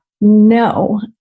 No